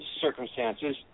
circumstances